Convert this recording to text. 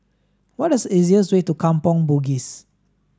what is easiest way to Kampong Bugis